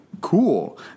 cool